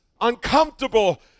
uncomfortable